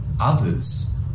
others